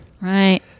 Right